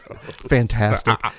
Fantastic